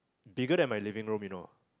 bigger than my living room you know